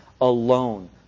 alone